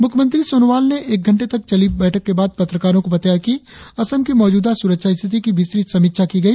मुख्यमंत्री सोनोवाल ने एक घंटे तक चली बैठक के बाद पत्रकारों को बताया कि असम की मौजूदा सुरक्षा स्थिति की विस्तृत समीक्षा की गई